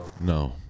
No